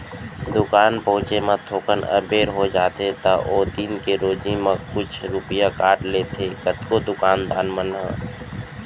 दुकान पहुँचे म थोकन अबेर हो जाथे त ओ दिन के रोजी म कुछ रूपिया काट लेथें कतको दुकान दान मन ह